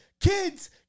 kids